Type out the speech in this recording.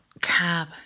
Cab